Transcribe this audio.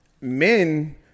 men